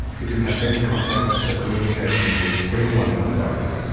he didn't have any contacts or communications with anyone in authority,